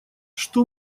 что